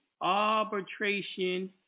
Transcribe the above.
arbitration